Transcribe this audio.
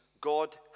God